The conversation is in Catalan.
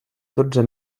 dotze